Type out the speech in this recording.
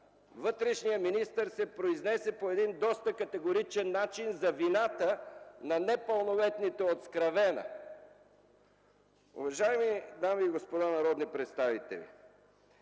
вътрешният министър се произнесе по доста категоричен начин за вината на непълнолетните от Скравена. Уважаеми дами и господа народни представители!